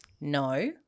No